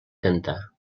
cantar